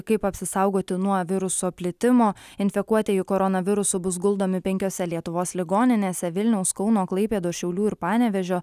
kaip apsisaugoti nuo viruso plitimo infekuotieji koronavirusu bus guldomi penkiose lietuvos ligoninėse vilniaus kauno klaipėdos šiaulių ir panevėžio